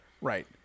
Right